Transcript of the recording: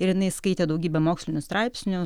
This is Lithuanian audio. ir jinai skaitė daugybę mokslinių straipsnių